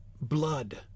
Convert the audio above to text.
Blood